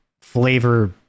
flavor